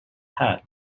had